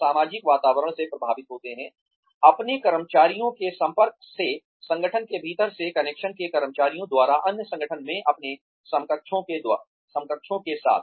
वे सामाजिक वातावरण से प्रभावित होते हैं अपने कर्मचारियों के संपर्क से संगठन के भीतर से कनेक्शन के कर्मचारियों द्वारा अन्य संगठनों में अपने समकक्षों के साथ